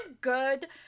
good